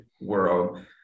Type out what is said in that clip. world